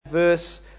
Verse